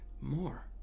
more